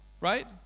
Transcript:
right